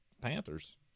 panthers